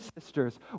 sisters